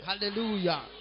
Hallelujah